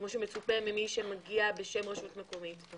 כמו שמצופה ממי שמגיע בשם רשות מקומית.